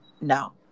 no